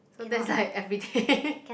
so that's like everyday